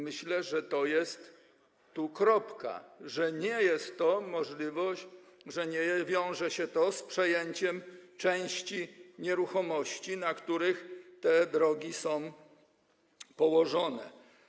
Myślę, że jest tu kropka, że nie jest to taka możliwość, że nie wiąże się to z przejęciem części nieruchomości, na których te drogi są położone.